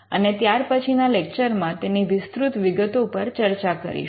અને ત્યાર પછીના લેક્ચરમાં તેની વિસ્તૃત વિગતો પર ચર્ચા કરીશું